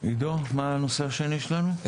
עידו, מה הנושא השני שלנו?